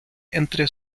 entre